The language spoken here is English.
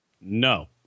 No